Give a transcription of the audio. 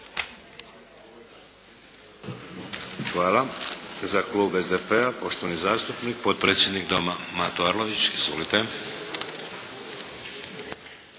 Hvala. Za klub SDP-a, poštovani zastupnik, potpredsjednik Doma Mato Arlović. Izvolite.